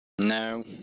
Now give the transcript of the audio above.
No